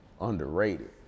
underrated